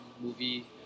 movie